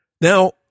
Now